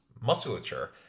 musculature